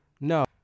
No